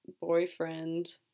boyfriend